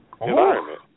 environment